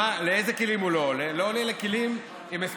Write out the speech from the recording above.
לאיזה כלים הוא לא עולה?